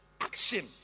action